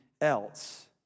else